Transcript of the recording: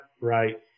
right